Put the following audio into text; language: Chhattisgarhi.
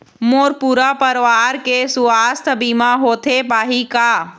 मोर पूरा परवार के सुवास्थ बीमा होथे पाही का?